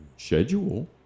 schedule